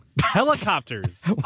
Helicopters